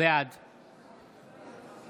בעד